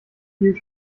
viel